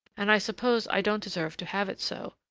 and i suppose i don't deserve to have it so.